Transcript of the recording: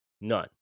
none